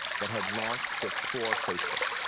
that had launched before facebook,